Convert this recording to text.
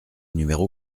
numéro